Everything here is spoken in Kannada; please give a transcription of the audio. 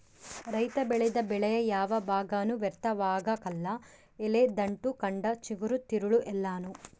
ರೈತ ಬೆಳೆದ ಬೆಳೆಯ ಯಾವ ಭಾಗನೂ ವ್ಯರ್ಥವಾಗಕಲ್ಲ ಎಲೆ ದಂಟು ಕಂಡ ಚಿಗುರು ತಿರುಳು ಎಲ್ಲಾನೂ